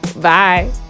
Bye